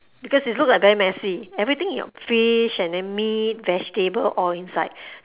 because it look like very messy everything you got fish and then meat vegetable all inside